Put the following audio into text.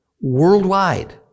worldwide